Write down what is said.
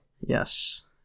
Yes